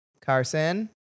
Carson